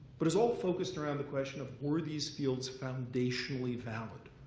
but it's all focused around the question of, were these fields foundationally valid?